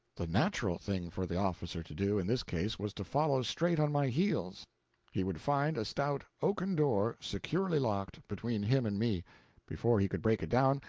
the natural thing for the officer to do, in this case, was to follow straight on my heels he would find a stout oaken door, securely locked, between him and me before he could break it down,